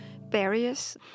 barriers